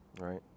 right